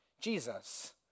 Jesus